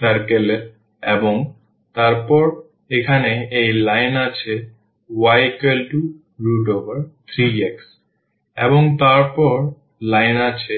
circle এবং তারপর এখানে এই লাইন আছে y3x এবং তারপর লাইন আছে